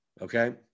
Okay